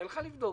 היא הלכה לבדוק.